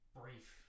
brief